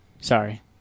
Sorry